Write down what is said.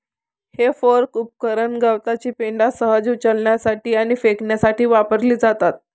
हे फोर्क उपकरण गवताची पेंढा सहज उचलण्यासाठी आणि फेकण्यासाठी वापरली जातात